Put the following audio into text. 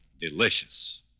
delicious